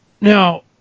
Now